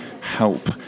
help